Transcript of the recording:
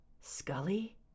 Scully